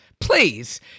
please